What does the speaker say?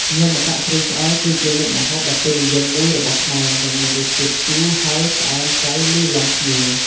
ញាំម្កាក់ត្រីឆ្អើរ គឺជាមុខម្ហូបដ៏ពេញនិយមមួយរបស់ខ្មែរ ដែលមានរសជាតិជូរ ហឹរ ផ្អែម ប្រៃ លាយឡំគ្នា។